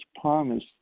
promise